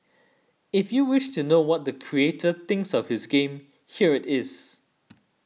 if you wish to know what the creator thinks of his game here it is